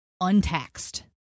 untaxed